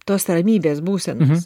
tos ramybės būsenas